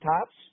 tops